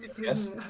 yes